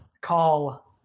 call –